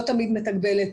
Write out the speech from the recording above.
לא תמיד מתגמלת,